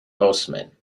horsemen